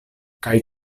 kaj